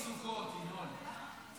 ההסתייגות לסעיף 3 נתקבלה.